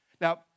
Now